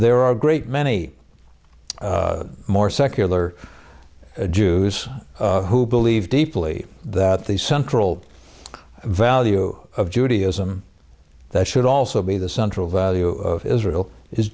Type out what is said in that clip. there are a great many more secular jews who believe deeply that the central value of judaism that should also be the central value of israel is